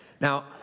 Now